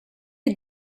les